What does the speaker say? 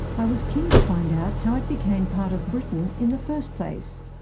i was keen to find out how it became part of britain in the first place.